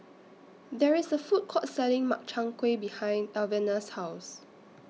There IS A Food Court Selling Makchang Gui behind Alvena's House